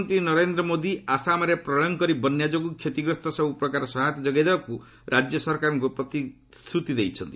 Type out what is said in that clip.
ପ୍ରଧାନମନ୍ତ୍ରୀ ନରେନ୍ଦ୍ର ମୋଦୀ ଆସାମରେ ପ୍ରଳୟଙ୍କରୀ ବନ୍ୟା ଯୋଗୁଁ କ୍ଷତିଗ୍ରସ୍ତ ସବ୍ ପ୍ରକାର ସହାୟତା ଯୋଗାଇ ଦେବା ପାଇଁ ରାଜ୍ୟ ସରକାରଙ୍କୁ ପ୍ରତିଶ୍ରତି ଦେଇଛନ୍ତି